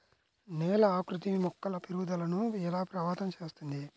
నేల ఆకృతి మొక్కల పెరుగుదలను ఎలా ప్రభావితం చేస్తుంది?